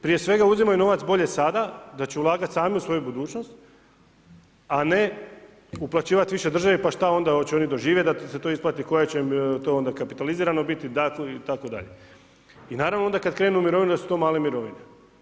Prije svega uzimaju novac bolje sada da će ulagat sami u svoju budućnost, a ne uplaćivat više državi pa šta onda hoće oni doživjet da se to isplati, koja će to onda kapitalizirano biti itd. naravno kad krenu u mirovine da su to male mirovine.